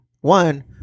one